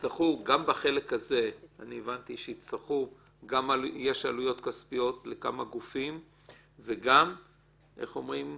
גם בחלק הזה אני הבנתי שיש עלויות כספיות לכמה גופים וגם התחלה,